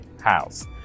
house